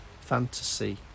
fantasy